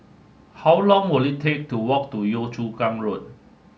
how long will it take to walk to Yio Chu Kang Road